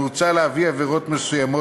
מוצע להעביר עבירות מסוימות,